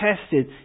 tested